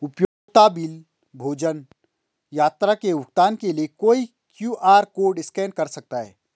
उपयोगिता बिल, भोजन, यात्रा के भुगतान के लिए कोई भी क्यू.आर कोड स्कैन कर सकता है